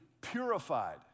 purified